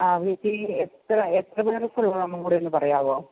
ആഹ് എത്ര എത്ര പേർക്കുള്ളതാണെന്നും കൂടെയൊന്ന് പറയാമോ